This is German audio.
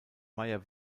maier